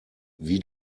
wie